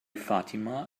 fatima